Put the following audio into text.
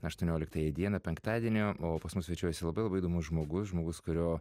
aštuonioliktąją dieną penktadienį o pas mus svečiuojasi labai labai įdomus žmogus žmogus kurio